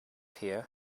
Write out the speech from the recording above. here